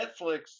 Netflix